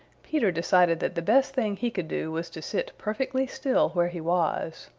peter decided that the best thing he could do was to sit perfectly still where he was.